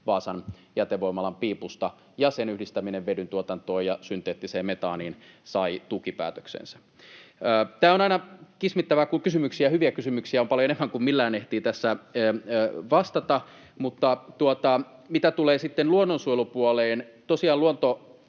Vaasan jätevoimalan piipusta ja sen yhdistäminen vedyntuotantoon ja synteettiseen metaaniin. Tämä on aina kismittävää, kun hyviä kysymyksiä on paljon enemmän kuin millään ehtii tässä vastata. Mutta mitä tulee sitten luonnonsuojelupuoleen,